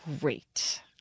great